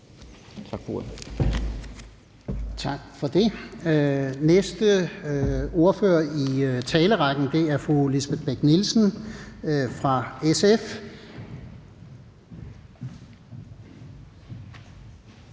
Tak for det. Den næste ordfører i talerrækken er fru Lisbeth Bech-Nielsen fra SF.